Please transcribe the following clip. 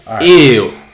Ew